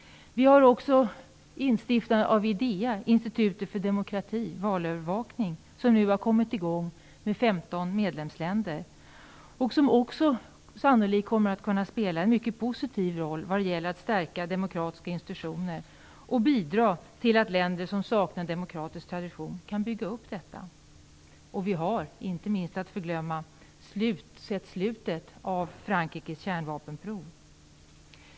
IDEA, Institutet för demokrati och valövervakning, har nu kommit i gång med 15 medlemsländer. Det kommer sannolikt också att kunna spela en mycket positiv roll när det gäller att stärka demokratiska institutioner och bidra till att länder som saknar demokratisk tradition kan bygga upp detta. Vi har, inte att förglömma, sett slutet på Frankrikes kärnvapenprov.